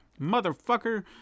motherfucker